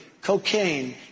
Cocaine